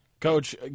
Coach